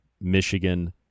Michigan